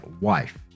wife